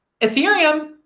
ethereum